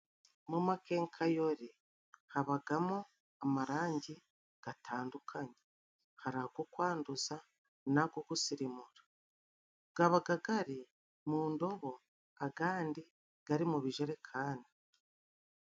Mu makekayori habagamo amaranjyi gatandukanye: hariko kwanduza n'ako kusirimura gabagagari mu ndobo agandi gari mu bijerekani.